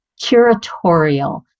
curatorial